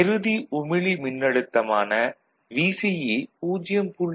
பெறுதி உமிழி மின்னழுத்தம் ஆன VCE 0